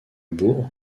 bourg